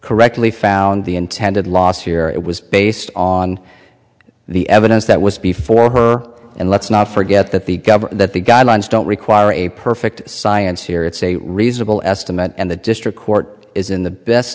correctly found the intended last year it was based on the evidence that was before her and let's not forget that the government that the guidelines don't require a perfect science here it's a reasonable estimate and the district court is in the best